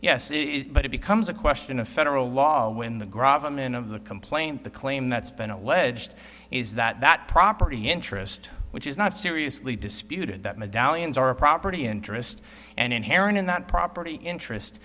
yes but it becomes a question of federal law when the grab them in of the complaint the claim that's been alleged is that property interest which is not seriously disputed that medallions are a property interest and inherent in that property interest